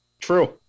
True